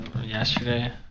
yesterday